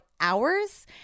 hours